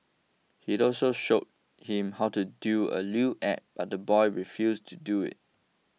he also showed him how to do a lewd act but the boy refused to do it